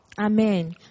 Amen